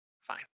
Fine